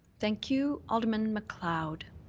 thank you. alderman macleod.